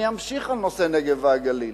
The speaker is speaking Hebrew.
אני אמשיך בנושא הנגב והגליל.